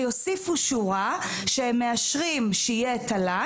שיוסיפו שורה שהם מאשרים שיהיה תל"ן